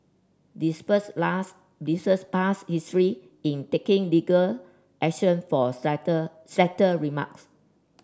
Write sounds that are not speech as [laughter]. despites last [unintelligible] past history in taking legal action for [unintelligible] slighter remarks